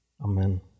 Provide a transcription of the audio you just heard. Amen